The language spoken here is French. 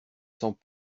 sans